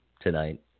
tonight